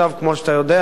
כמו שאתה יודע,